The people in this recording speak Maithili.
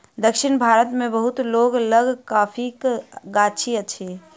दक्षिण भारत मे बहुत लोक लग कॉफ़ीक गाछी अछि